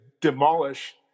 demolish